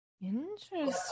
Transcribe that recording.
Interesting